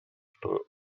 что